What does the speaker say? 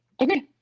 Okay